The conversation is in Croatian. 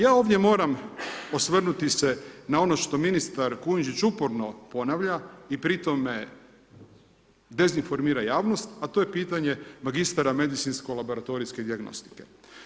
Ja ovdje moram osvrnuti se na ono što ministar uporno ponavlja i pri tome dezinformira javnost a to je pitanje magistara medicinsko-laboratorijske dijagnostike.